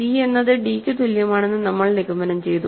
C എന്നത് d ക്ക് തുല്യമാണെന്ന് നമ്മൾ നിഗമനം ചെയ്തു